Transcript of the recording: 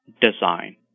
design